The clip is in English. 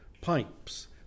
pipes